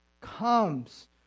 comes